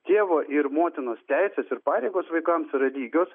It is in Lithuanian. tėvo ir motinos teisės ir pareigos vaikams yra lygios